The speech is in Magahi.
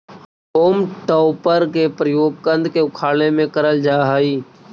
होम टॉपर के प्रयोग कन्द के उखाड़े में करल जा हई